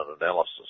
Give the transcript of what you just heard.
analysis